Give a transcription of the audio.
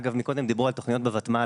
דיברו קודם על תוכניות בוותמ״ל.